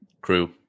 Crew